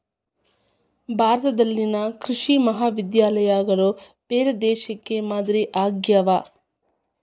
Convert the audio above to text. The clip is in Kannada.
ಭಾರತದಲ್ಲಿನ ಕೃಷಿ ಮಹಾವಿದ್ಯಾಲಯಗಳು ಬೇರೆ ದೇಶಕ್ಕೆ ಮಾದರಿ ಆಗ್ಯಾವ